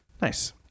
nice